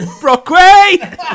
Brockway